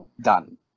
Done